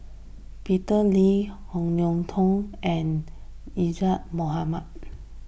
Peter Lee Ong Tiong and Azura Mokhtar